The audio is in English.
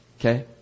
Okay